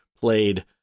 played